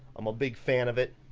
i'm a big fan of it.